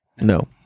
No